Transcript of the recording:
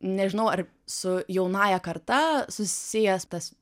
nežinau ar su jaunąja karta susijęs tas